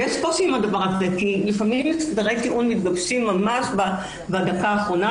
יש קושי עם הדבר הזה כי לפעמים הסדרי טיעון מתגבשים ממש בדקה האחרונה.